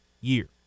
year